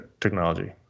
technology